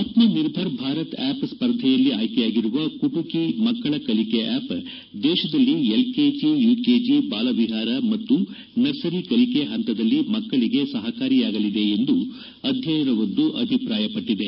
ಆತ್ಮ ನಿರ್ಭರ್ ಭಾರತ್ ಆಪ್ ಸ್ಪರ್ಧೆಯಲ್ಲಿ ಆಯ್ಕೆಯಾಗಿರುವ ಕುಟುಕಿ ಮಕ್ಕಳ ಕಲಿಕೆ ಆ್ವಪ್ ದೇಶದಲ್ಲಿ ಎಲ್ಕೆಜಿ ಯುಕೆಜಿ ಬಾಲ ವಿಹಾರ ಮತ್ತು ನರ್ಸರಿ ಕಲಿಕೆ ಹಂತದಲ್ಲಿ ಮಕ್ಕಳಗೆ ಸಹಕಾರಿಯಾಗಲಿದೆ ಎಂದು ಅಧ್ಯಯನವೊಂದು ಅಭಿಪ್ರಾಯಪಟ್ಲದೆ